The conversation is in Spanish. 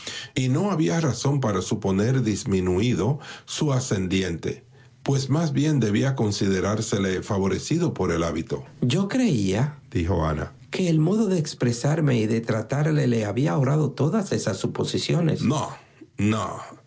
y no había razón para suponer disminuído su ascendiente pues más bien debía considerársele favorecido por el hábito yo creíadijo anaque el modo de expresarme y de tratarle le habría ahorrado todas esas suposiciones no no